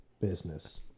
business